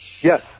Yes